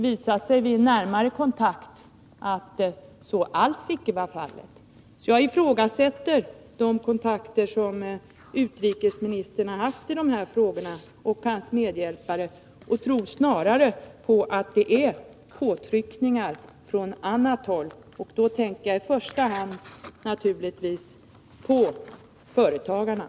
Vid närmare kontakt visade det sig att det inte förhöll sig på det viset. Jag ifrågasätter de kontakter som utrikesministern och hans medhjälpare har haft i de här frågorna och tror snarare att det handlar om påtryckningar Nr 31 från annat håll — jag tänker naturligtvis i första hand på företagarna.